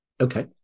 Okay